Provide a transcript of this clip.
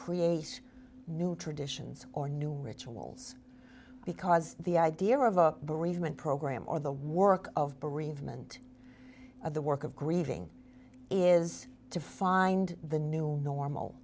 create new traditions or new rituals because the idea of a bereavement program or the work of bereavement of the work of grieving is to find the new normal